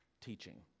teaching